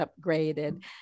upgraded